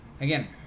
Again